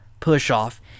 push-off